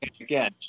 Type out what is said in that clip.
again